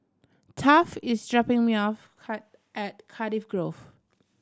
Taft is dropping me off at Cardiff Grove